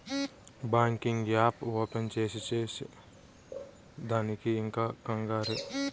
banking app open చేసి చూసే దానికి ఇంత కంగారే